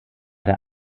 der